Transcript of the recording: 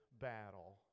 battle